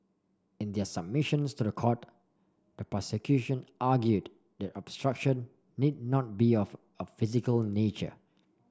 in their submissions to the court the prosecution argued that obstruction need not be of a physical nature